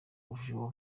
bujura